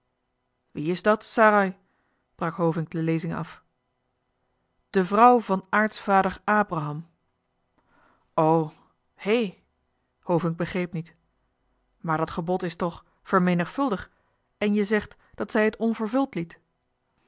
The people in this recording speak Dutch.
wie is dat sarai brak hovink de lezing af de vrouw van aartsvader abraham o hé hovink begreep niet maar dat gebod is toch vermenigvuldig en je zegt dat zij het onvervuld liet